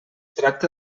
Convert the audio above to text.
tracta